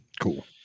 Cool